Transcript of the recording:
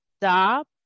Stop